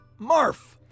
marf